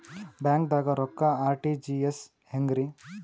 ಬ್ಯಾಂಕ್ದಾಗ ರೊಕ್ಕ ಆರ್.ಟಿ.ಜಿ.ಎಸ್ ಹೆಂಗ್ರಿ?